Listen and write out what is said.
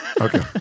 Okay